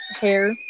hair